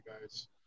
guys